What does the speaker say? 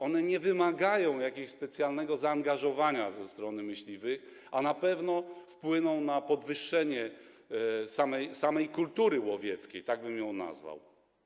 One nie wymagają jakiegoś specjalnego zaangażowania ze strony myśliwych, a na pewno wpłyną na podwyższenie samej kultury łowieckiej - tak bym to nazwał.